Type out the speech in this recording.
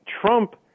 Trump